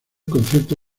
concierto